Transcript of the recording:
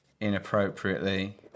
inappropriately